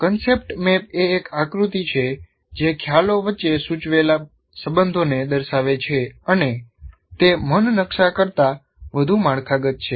concept map એ એક આકૃતિ છે જે ખ્યાલો વચ્ચે સૂચવેલા સંબંધોને દર્શાવે છે અને તે મન નકશા કરતાં વધુ માળખાગત છે